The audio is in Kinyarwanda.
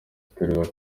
atorerwa